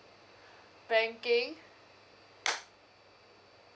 banking